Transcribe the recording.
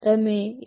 તમે એ